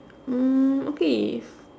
mm okay if